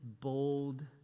bold